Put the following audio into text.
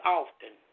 often